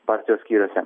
partijos skyriuose